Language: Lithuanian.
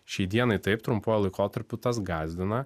šiai dienai taip trumpuoju laikotarpiu tas gąsdina